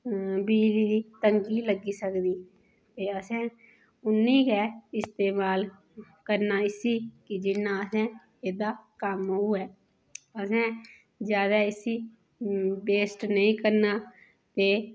बिजली दी तंगी लगी सकदी ते असें उ'न्नी गै इस्तमाल करना इसी कि जिन्ना अहें एह्दा कम्म होऐ असें ज्यादा इसी वेस्ट नेईं करना ते